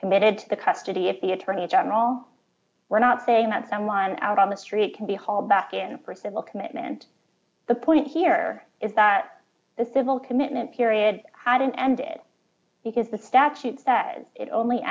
committed to the custody if the attorney general we're not saying that someone out on the street can be hauled back in for civil commitment the point here is that the civil commitment period hadn't ended because the statute says it only